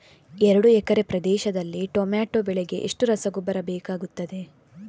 ಎರಡು ಎಕರೆ ಪ್ರದೇಶದಲ್ಲಿ ಟೊಮ್ಯಾಟೊ ಬೆಳೆಗೆ ಎಷ್ಟು ರಸಗೊಬ್ಬರ ಬೇಕಾಗುತ್ತದೆ?